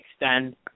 extend